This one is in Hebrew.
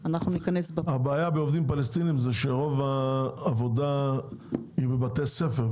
הבעיה בעובדים הפלסטינים היא שרוב העבודה היא בבתי ספר,